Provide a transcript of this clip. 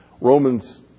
Romans